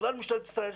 ובכלל משטרת ישראל,